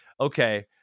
okay